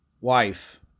wife